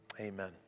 Amen